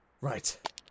Right